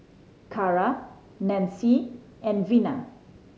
Cara Nancy and Vena